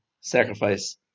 sacrifice